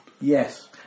Yes